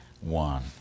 one